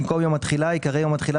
במקום "יום התחילה" ייקרא "יום התחילה